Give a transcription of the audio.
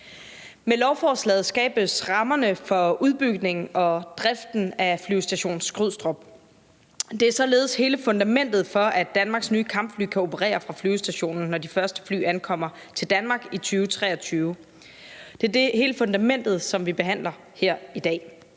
Med lovforslaget skabes rammerne for udbygningen og driften af Flyvestation Skrydstrup. Det er således hele fundamentet for, at Danmarks nye kampfly kan operere fra flyvestationen, når de første fly ankommer til Danmark i 2023. Det er det fundament, vi behandler her i dag.